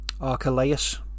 Archelaus